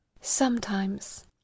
Sometimes